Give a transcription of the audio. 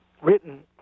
written